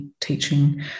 teaching